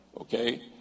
Okay